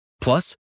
Plus